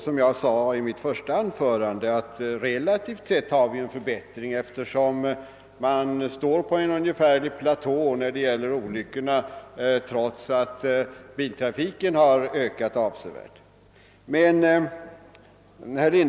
Som jag sade i mitt första anförande har det inträtt en relativ förbättring, eftersom antalet olyckor ligger på en platå trots att biltrafiken har ökat avsevärt.